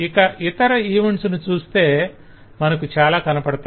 ఇక ఇతర ఈవెంట్స్ ను చూస్తే మనకు చాల కనపడతాయి